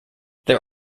there